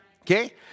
Okay